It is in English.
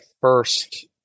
first